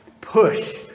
push